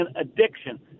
addiction